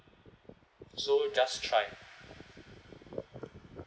so just try